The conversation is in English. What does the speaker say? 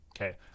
okay